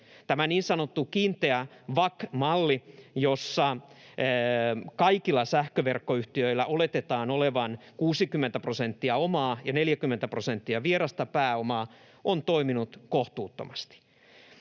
Tämä niin sanottu kiinteä WACC-malli, jossa kaikilla sähköverkkoyhtiöillä oletetaan olevan 60 prosenttia omaa ja 40 prosenttia vierasta pääomaa, on toiminut kohtuuttomasti.